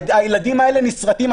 הילדים האלה נשרטים.